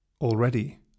already